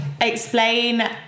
explain